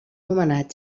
nomenat